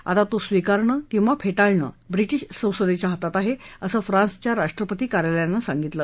आता तो स्वीकारणं किंवा फेटाळणं ब्रिटिश संसदेच्या हातात आहे असं फ्रान्सच्या राष्ट्रपती कार्यालयानं सांगितलं